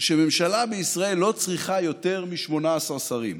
שממשלה בישראל לא צריכה יותר מ-18 שרים.